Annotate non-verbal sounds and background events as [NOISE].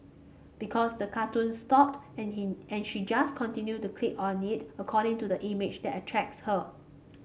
because the cartoon stopped and [UNINTELLIGIBLE] and she just continued to click on it according to the image that attracts her